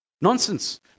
Nonsense